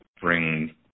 bring